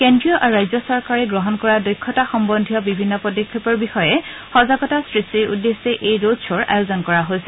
কেন্দ্ৰীয় আৰু ৰাজ্য চৰকাৰে গ্ৰহণ কৰা দক্ষতা সহ্বন্ধীয় বিভিন্ন পদক্ষেপৰ বিষয়ে সজাগতা সৃষ্টিৰ উদ্দেশ্যে এই ৰোড শ্বৰ আয়োজন কৰা হৈছে